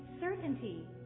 certainty